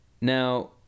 Now